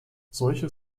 solche